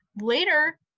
Later